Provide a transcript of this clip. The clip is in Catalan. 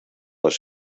les